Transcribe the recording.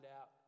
out